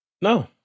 No